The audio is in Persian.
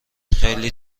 خیلی